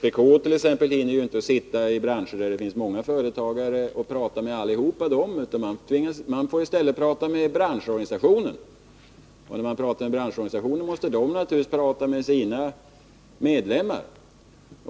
SPK t.ex. hinner inte, i branscher där det finns många företagare, tala med var och en, utan man får i stället prata med branschorganisationen — som i sin tur naturligtvis måste vända sig till sina medlemmar.